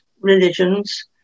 religions